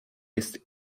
jest